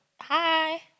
hi